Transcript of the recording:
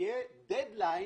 שיהיה דד-ליין